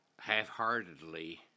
half-heartedly